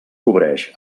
cobreix